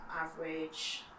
average